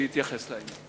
שיתייחס לעניין.